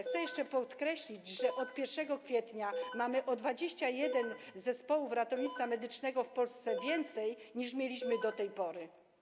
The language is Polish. Chcę jeszcze podkreślić, że od 1 kwietnia mamy o 21 zespołów ratownictwa medycznego w Polsce więcej, niż mieliśmy do tej pory.